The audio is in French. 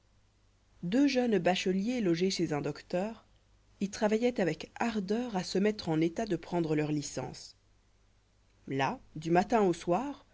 deux jeunes bacheliers logés chez un docteur y fràvailloient avec ardeur a se mettre en état de prendre leurs licences là du matin au soir